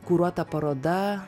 kuruota paroda